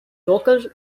local